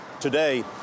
today